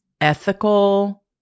ethical